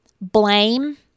blame